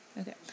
Okay